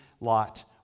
lot